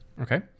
Okay